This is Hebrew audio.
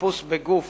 חיפוש בגוף